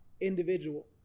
individual